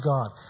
God